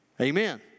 amen